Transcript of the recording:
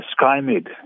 SkyMed